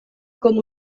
com